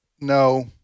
no